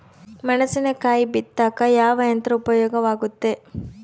ಮೆಣಸಿನಕಾಯಿ ಬಿತ್ತಾಕ ಯಾವ ಯಂತ್ರ ಉಪಯೋಗವಾಗುತ್ತೆ?